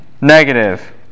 Negative